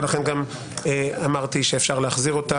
ולכן גם אמרתי שאפשר להחזיר אותה,